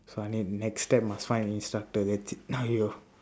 so I need next time must find instructor that's it !aiyo!